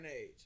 age